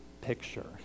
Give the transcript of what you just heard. picture